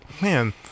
man